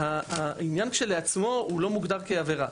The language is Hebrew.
העניין שלעצמו הוא לא מוגדר כעבירה.